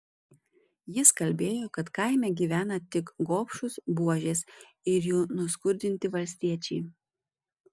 jis kalbėjo kad kaime gyvena tik gobšūs buožės ir jų nuskurdinti valstiečiai